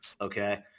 okay